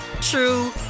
true